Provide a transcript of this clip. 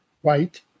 white